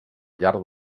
llarg